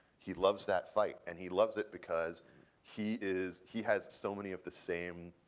he loves that fight. and he loves it because he is he has so many of the same